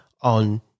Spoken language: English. on